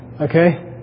Okay